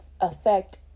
affect